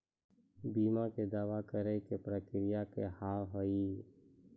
बीमा के दावा करे के प्रक्रिया का हाव हई?